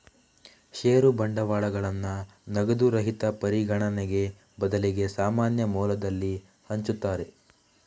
ಷೇರು ಬಂಡವಾಳಗಳನ್ನ ನಗದು ರಹಿತ ಪರಿಗಣನೆಗೆ ಬದಲಿಗೆ ಸಾಮಾನ್ಯ ಮೌಲ್ಯದಲ್ಲಿ ಹಂಚುತ್ತಾರೆ